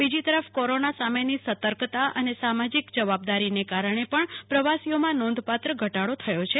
બીજી તરફ કોરોના સામેની સર્તકતા અને સામાજીક જવાબદારીના કારણે પણ પ્રવાસીઓમાં નોંધપાત્ર ઘટાડો થયો છે